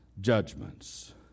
judgments